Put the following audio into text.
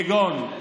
כגון,